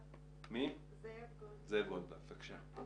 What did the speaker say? זאב גולדבלט, בבקשה.